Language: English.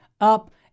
up